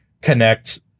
connect